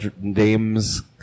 names